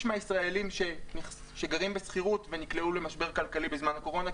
מהישראלים שגרים בשכירות ונקלעו למשבר כלכלי בזמן הקורונה,